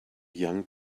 young